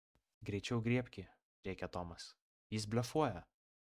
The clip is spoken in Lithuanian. greičiau griebk jį rėkė tomas jis blefuoja